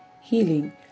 healing